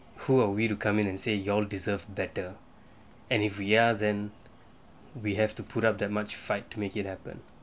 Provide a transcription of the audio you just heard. who are we to come in and say you all deserve better and if we are then we have to put up that much fight to make it happen